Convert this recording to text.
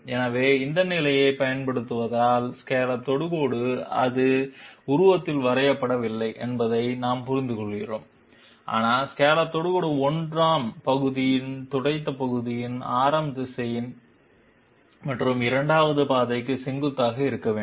எனவே இந்த நிலையைப் பயன்படுத்துவதால் ஸ்காலப் தொடுகோடு அது உருவத்தில் வரையப்படவில்லை என்பதை நாம் புரிந்துகொள்கிறோம் ஆனால் ஸ்காலப் தொடுகோடு 1 ஆம் பகுதியின் துடைத்த பகுதியின் ஆரம் திசையன் மற்றும் 2 வது பாதைக்கு செங்குத்தாக இருக்க வேண்டும்